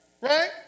right